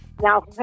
now